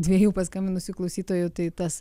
dviejų paskambinusių klausytojų tai tas